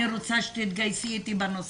אני רוצה שתתגייסי איתי בנושא הזה.